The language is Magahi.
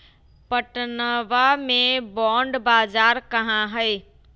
पटनवा में बॉण्ड बाजार कहाँ हई?